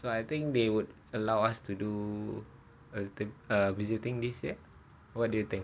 so I think they would allow us to do to uh the visiting this year what do you think